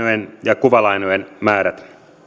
ja kuvalainojen määrät